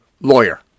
lawyer